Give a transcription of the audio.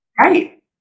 Right